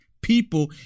people